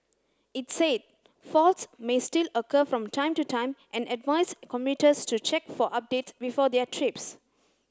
it said faults may still occur from time to time and advised commuters to check for update before their trips